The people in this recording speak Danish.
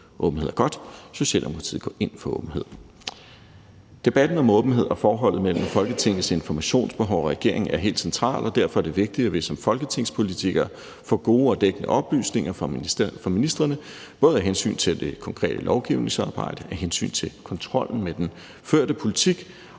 åbenhed er godt; Socialdemokratiet går ind for åbenhed. Debatten om åbenhed og forholdet mellem Folketingets informationsbehov og regeringen er helt central, og derfor er det vigtigt, at vi som folketingspolitikere får gode og dækkende oplysninger fra ministrene, både af hensyn til det konkrete lovgivningsarbejde, af hensyn til kontrollen med den førte politik